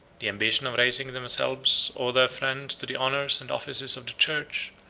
the ambition of raising themselves or their friends to the honors and offices of the church,